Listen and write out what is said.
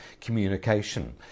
communication